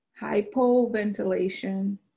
hypoventilation